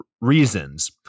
reasons